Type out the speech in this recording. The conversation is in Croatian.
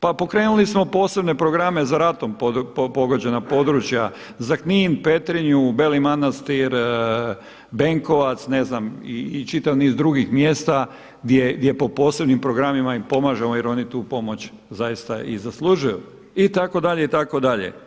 Pa pokrenuli smo posebne programe za ratom pogođena područja za Knin, Petrinju, Beli Manastir, Benkovac i čita niz drugih mjesta gdje po posebnim programima im pomažemo jer oni tu pomoć zaista i zaslužuju itd., itd.